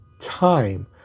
time